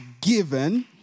given